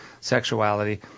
sexuality